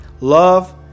love